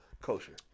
Kosher